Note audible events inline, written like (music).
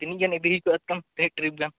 ᱛᱤᱱᱟᱹᱜ ᱜᱟᱱ ᱤᱫᱤ ᱦᱩᱭ ᱠᱚᱜᱼᱟ ᱛᱤᱱᱟᱹᱜ ᱴᱨᱤᱯ ᱜᱟᱱ (unintelligible)